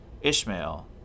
Ishmael